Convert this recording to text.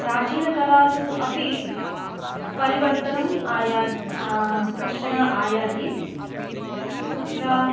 प्राचीनकलासु अपि परिवर्तनम् आयाति कश्चन आयाति तत्र